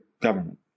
government